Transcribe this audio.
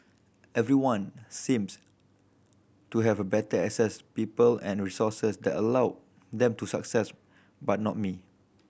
everyone seems to have better access people and resources that allowed them to success but not me